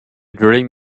drilling